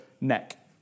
neck